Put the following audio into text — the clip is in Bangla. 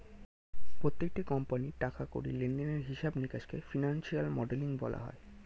প্রত্যেকটি কোম্পানির টাকা কড়ি লেনদেনের হিসাব নিকাশকে ফিনান্সিয়াল মডেলিং বলা হয়